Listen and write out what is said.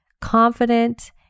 confident